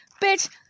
bitch